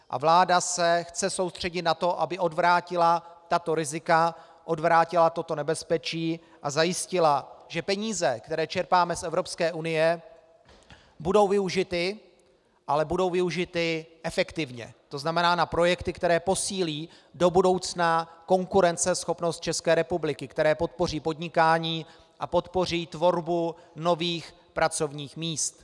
A vláda se chce soustředit na to, aby odvrátila tato rizika, odvrátila toto nebezpečí a zajistila, že peníze, které čerpáme z Evropské unie, budou využity, ale budou využity efektivně, to znamená na projekty, které do budoucna posílí konkurenceschopnost České republiky, které podpoří podnikání a podpoří tvorbu nových pracovních míst.